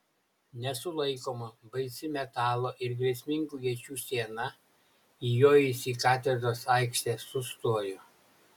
nesulaikoma baisi metalo ir grėsmingų iečių siena įjojusi į katedros aikštę sustojo